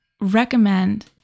recommend